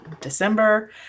December